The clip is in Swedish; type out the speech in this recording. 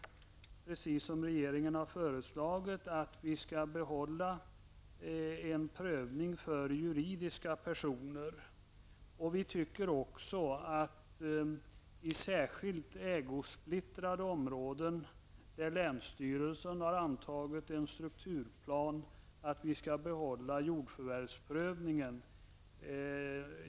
Precis som regeringen har föreslagit tycker vi att man skall behålla en prövning för juridiska personer. Vi tycker även att man i särskilt ägosplittrade områden, där länsstyrelsen har antagit en strukturplan, skall behålla jordförvärvsprövningen.